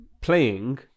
playing